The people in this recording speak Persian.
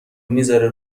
میذاره